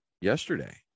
yesterday